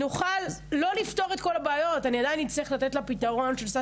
לא נוכל לפתור את כל הבעיות ועדיין נצטרך לתת פתרון של משרד